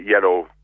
yellow